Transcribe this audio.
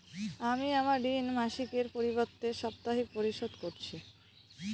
আমি আমার ঋণ মাসিকের পরিবর্তে সাপ্তাহিক পরিশোধ করছি